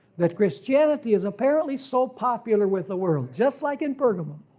that christianity is apparently so popular with the world, just like in pergamum.